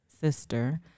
sister